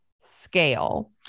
scale